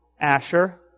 Asher